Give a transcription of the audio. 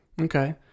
Okay